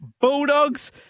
Bulldogs